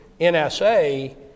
NSA